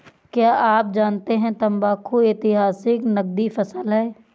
क्या आप जानते है तंबाकू ऐतिहासिक नकदी फसल है